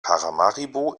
paramaribo